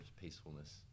peacefulness